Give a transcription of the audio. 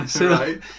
right